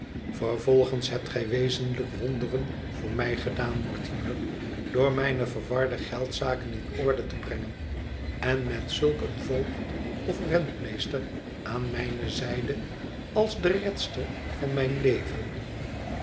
vervolgens hebt gij wezenlijk wonderen voor mij gedaan mortimer door mijne verwarde geldzaken in orde te brengen en met zulk een voogd of rentmeester aan mijne zijde als de redster van mijn leven